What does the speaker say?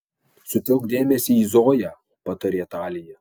sutelk dėmesį į zoją patarė talija